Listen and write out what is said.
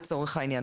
לצורך העניין,